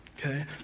Okay